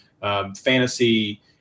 fantasy